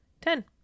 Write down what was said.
Ten